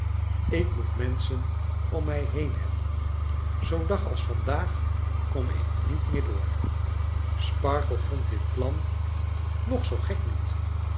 ik moet menschen om mij heen hebben zoo'n dag als vandaag kom ik niet meer door sparkler vond dit plan nog zoo gek niet